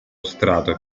strato